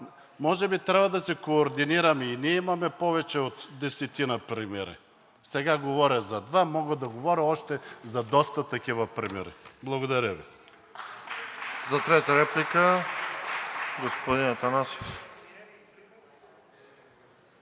може би трябва да се координираме – и ние имаме повече от десетина примера, сега говоря за два, мога да говоря още за доста такива примери. Благодаря Ви. (Ръкопляскания от